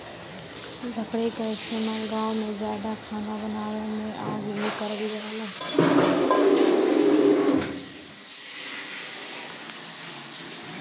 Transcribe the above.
लकड़ी क इस्तेमाल गांव में जादा खाना बनावे में आज भी करल जाला